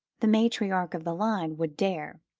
the matriarch of the line, would dare.